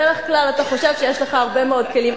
בדרך כלל אתה חושב שיש לך הרבה מאוד כלים.